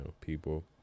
people